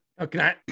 Okay